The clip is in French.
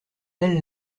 elle